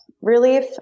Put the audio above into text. relief